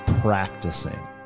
practicing